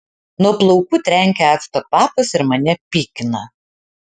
nuo plaukų trenkia acto kvapas ir mane pykina